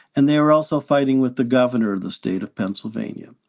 and they were also fighting with the governor of the state of pennsylvania.